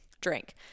drink